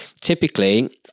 typically